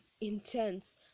intense